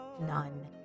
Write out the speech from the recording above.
None